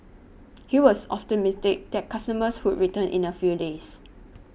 he was optimistic that customers would return in a few days